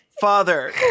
Father